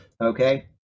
Okay